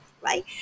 right